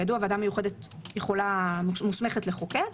כידוע, ועדה מיוחדת מוסמכת לחוקק.